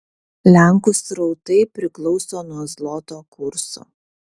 lenkų srautai priklauso nuo zloto kurso